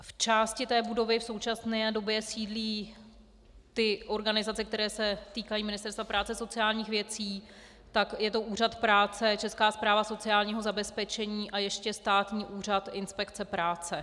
V části budovy v současné době sídlí organizace, které se týkají Ministerstva práce a sociálních věcí, je to úřad práce, Česká správa sociálního zabezpečení a ještě Státní úřad inspekce práce.